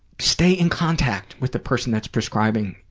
stay in contact with the person that's prescribing.